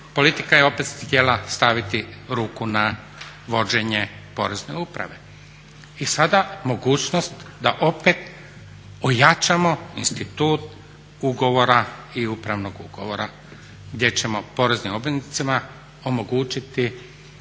politika je opet htjela staviti ruku na vođenje Porezne uprave. I sada mogućnost da opet ojačamo institut ugovora i upravnog ugovora, gdje ćemo poreznim obveznicima omogućiti